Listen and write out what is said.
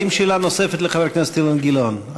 האם יש לחבר הכנסת אילן גילאון שאלה נוספת?